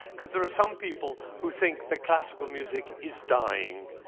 because there are some people who think that classical music is dying.